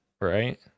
right